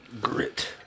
Grit